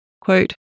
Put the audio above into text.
Quote